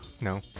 No